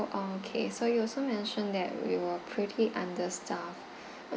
uh okay so you also mentioned that we were pretty understaffed